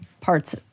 parts